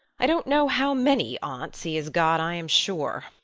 i don't know how many aunts he has got, i am sure.